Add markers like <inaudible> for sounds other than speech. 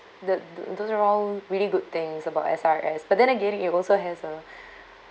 the those are all really good things about S_R_S but then again it also has a <breath>